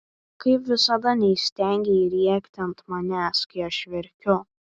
kaip visada neįstengei rėkti ant manęs kai aš verkiu